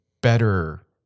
better